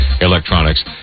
electronics